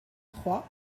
trois